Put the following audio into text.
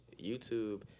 YouTube